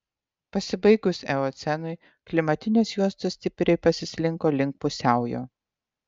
pasibaigus eocenui klimatinės juostos stipriai pasislinko link pusiaujo